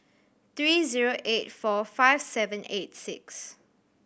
three zero eight four five seven eight six